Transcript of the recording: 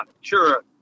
sure